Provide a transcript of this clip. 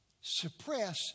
suppress